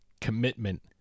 commitment